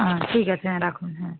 হ্যাঁ ঠিক আছে হ্যাঁ রাখুন হ্যাঁ